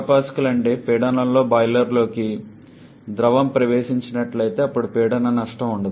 16 MPa అదే పీడనంతో బాయిలర్లోకి ద్రవం ప్రవేశించినట్లయితే అప్పుడు పీడనం నష్టం ఉండదు